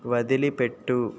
వదిలిపెట్టు